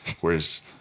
whereas